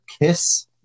kiss